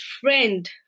friend